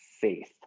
faith